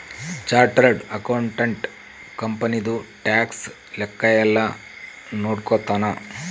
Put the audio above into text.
chartered accountant ಕಂಪನಿದು tax ಲೆಕ್ಕ ಯೆಲ್ಲ ನೋಡ್ಕೊತಾನ